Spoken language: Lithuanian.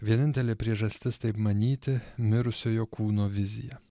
vienintelė priežastis taip manyti mirusiojo kūno vizija